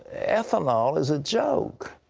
ethanol is a joke.